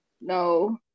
No